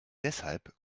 deshalb